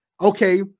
okay